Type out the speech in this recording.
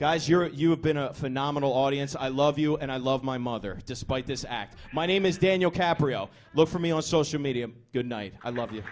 guys your you have been a phenomenal audience i love you and i love my mother despite this act my name is daniel caprio look for me on social media good night i love you